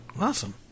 Awesome